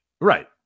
right